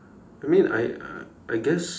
that means I I guess